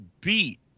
beat